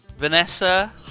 Vanessa